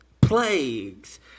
plagues